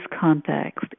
context